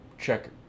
check